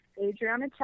Adriana